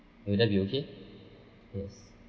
you would that be okay yes